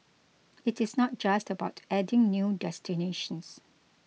it is not just about adding new destinations